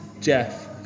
Jeff